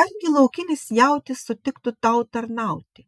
argi laukinis jautis sutiktų tau tarnauti